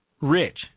rich